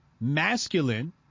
masculine